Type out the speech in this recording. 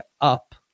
up